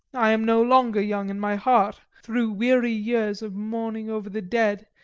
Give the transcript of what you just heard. i am no longer young and my heart, through weary years of mourning over the dead,